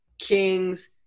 Kings